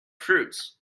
fruits